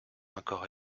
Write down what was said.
encore